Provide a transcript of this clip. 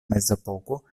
mezepoko